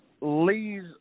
Lee's